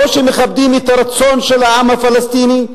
או שמכבדים את הרצון של העם הפלסטיני,